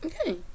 Okay